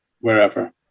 wherever